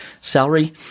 salary